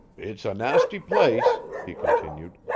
it's a nasty place, he continued.